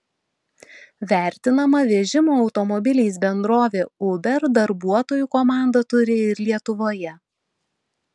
vertinama vežimo automobiliais bendrovė uber darbuotojų komandą turi ir lietuvoje